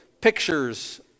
pictures